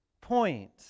point